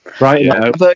Right